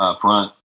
front